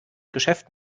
geschäft